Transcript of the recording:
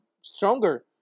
stronger